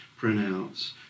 printouts